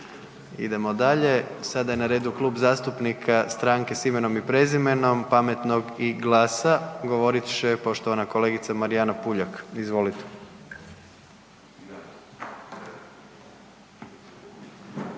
idemo dalje. Sada je na redu Kluba zastupnika Stranke s imenom i prezimenom, Pametno i GLAS-a, govorit će poštovana kolegica Marijana Puljak. Izvolite.